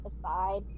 aside